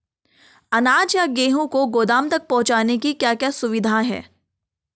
अनाज या गेहूँ को गोदाम तक पहुंचाने की क्या क्या सुविधा है?